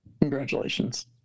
Congratulations